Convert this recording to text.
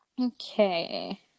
Okay